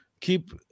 Keep